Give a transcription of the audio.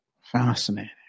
Fascinating